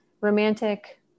romantic